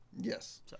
Yes